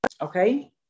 Okay